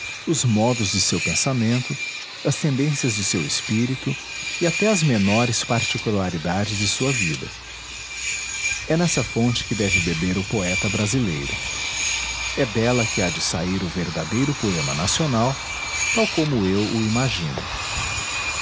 os modos de seu pensamento as tendências de seu espírito e até as menores particularidades de sua vida é nessa fonte que deve beber o poeta brasileiro é dela que há de sair o verdadeiro poema nacional tal como eu o imagino